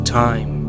time